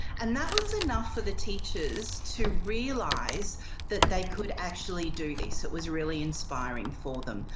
and that was enough for the teachers to realize that they could actually do this, it was really inspiring for them.